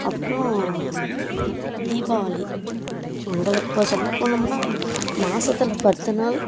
அப்றம் தீபாவளி எங்களுக்கு இப்போ சொல்ல போனோம்ன்னால் மாசத்தில் பத்து நாள்